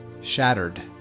shattered